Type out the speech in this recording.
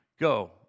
Go